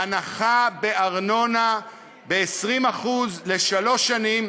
הנחה בארנונה של 20% לשלוש שנים